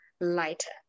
lighter